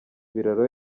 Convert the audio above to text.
biraro